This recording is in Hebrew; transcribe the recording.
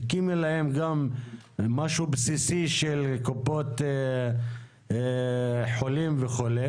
הקימה להם משהו בסיסי של קופות חולים וכו'.